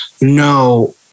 no